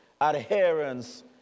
adherence